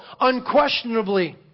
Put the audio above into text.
unquestionably